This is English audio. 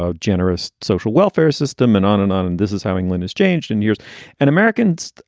ah generous social welfare system and on and on and this is having lynda's changed in years and americans.